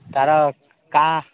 ତା'ର କା